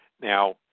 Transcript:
Now